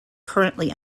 currently